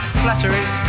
flattery